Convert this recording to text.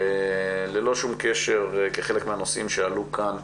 ללא שום קשר, כחלק מהנושאים שעלו כאן,